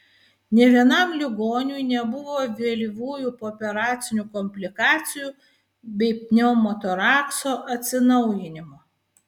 nė vienam ligoniui nebuvo vėlyvųjų pooperacinių komplikacijų bei pneumotorakso atsinaujinimo